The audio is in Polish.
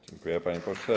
Dziękuję, panie pośle.